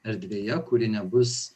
erdvėje kuri nebus